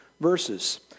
verses